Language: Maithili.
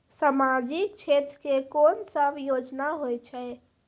समाजिक क्षेत्र के कोन सब योजना होय छै?